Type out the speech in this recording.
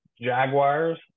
jaguars